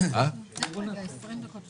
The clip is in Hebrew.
הישיבה ננעלה בשעה 13:20.